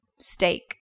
Steak